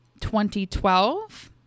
2012